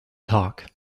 talk